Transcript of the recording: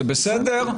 זה בסדר.